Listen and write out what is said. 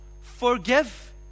forgive